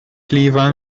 لیوان